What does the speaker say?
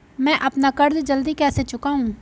मैं अपना कर्ज जल्दी कैसे चुकाऊं?